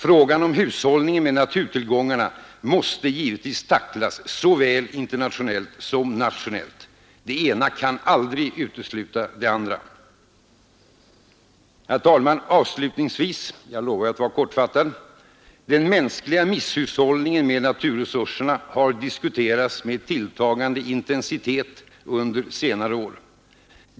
Frågan om hushållningen med naturtillgångarna måste givetvis tacklas såväl internationellt som nationellt — det ena kan aldrig utesluta det andra. Herr talman! Avslutningsvis jag lovade att vara kortfattad: Den mänskliga misshushållningen med naturresurserna har diskuterats med tilltagande intensitet under senare år.